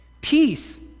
Peace